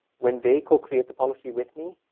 when they co-create a policy with me,